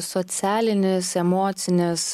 socialinis emocinis